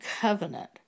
covenant